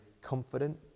confident